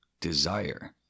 desire